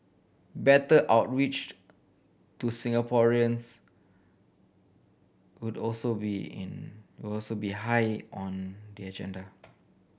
better outreach to Singaporeans would also be in would also be high on the agenda